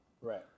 Right